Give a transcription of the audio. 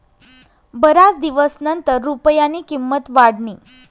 बराच दिवसनंतर रुपयानी किंमत वाढनी